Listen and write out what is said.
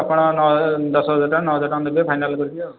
ଆପଣ ଦଶ ହଜାର ଟଙ୍କା ନଅ ହଜାର ଟଙ୍କା ଦେବେ ଫାଇନାଲ୍ କରିକି ଆଉ